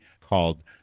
Called